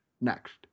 next